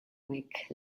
week